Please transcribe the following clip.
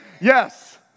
Yes